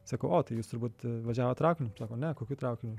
sakau o tai jūs turbūt važiavot traukiniu sako ne kokiu traukiniu